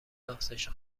افزایش